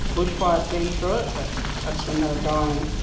bushfire had been through it, but that's when they were dying.